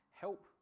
help